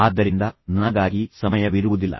ಆದ್ದರಿಂದ ನನಗೆ ನನಗಾಗಿ ಸಮಯವಿರುವುದಿಲ್ಲ